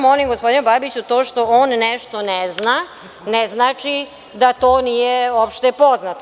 Molim samo gospodina Babića, to što on nešto ne zna, ne znači da to nije opšte poznato.